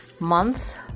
month